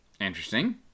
Interesting